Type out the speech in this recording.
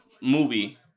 movie